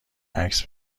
عکس